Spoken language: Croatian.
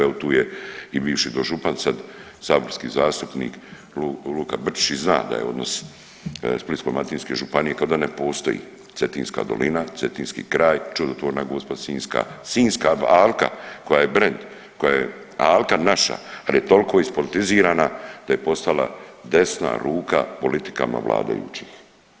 Evo tu je i bivši dožupan sad saborski zastupnik Luka Brčić i zna da je odnos Splitsko-dalmatinske županije kao da ne postoji Cetinska dolina, cetinski kraj, Čudotvorna Gospa Sinjska, Sinjska alka koja je brend, koja je alka naša, ali toliko ispolitizirana da je postala desna ruka politikama vladajućih.